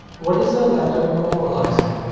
what is there left of your moralizing?